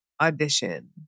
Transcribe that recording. Audition